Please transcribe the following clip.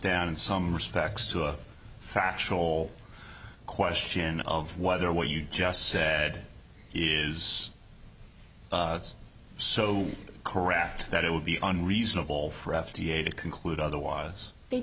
down in some respects to a factual question of whether what you just said is so corrupt that it would be on reasonable for f d a to conclude otherwise they